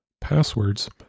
passwords